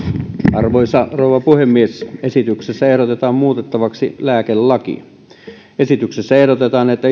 arvoisa rouva puhemies esityksessä ehdotetaan muutettavaksi lääkelakia esityksessä ehdotetaan että